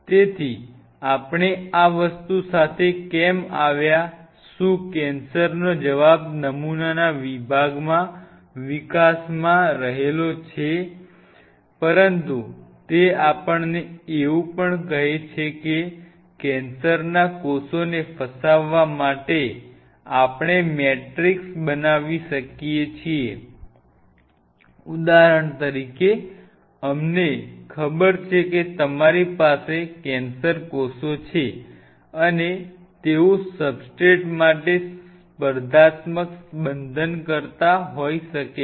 તેથી આપણે આ વસ્તુ સાથે કેમ આવ્યા શું કેન્સરનો જવાબ નમૂનાના વિકાસમાં રહેલો છે પરંતુ તે આપણને એવું પણ કહે છે કે કેન્સરના કોષોને ફસાવવા માટે આપણે મેટ્રિક્સ બનાવી શકીએ ઉદાહરણ તરીકે અમને ખબર છે કે તમારી પાસે કેન્સર કોષો છે અને તેઓ સબસ્ટ્રેટ માટે સ્પર્ધાત્મક બંધનકર્તા હોઈ શકે છે